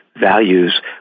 values